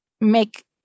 make